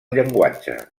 llenguatge